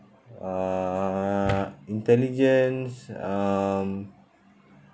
uh intelligence um